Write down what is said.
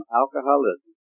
alcoholism